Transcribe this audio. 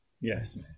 Yes